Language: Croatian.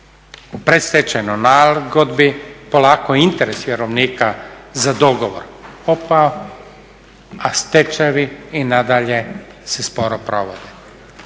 U predstečajnoj nagodbi polako interes vjerovnika za dogovor opao a stečajevi i nadalje se sporo provode.